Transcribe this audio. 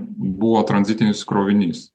buvo tranzitinis krovinys